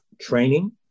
training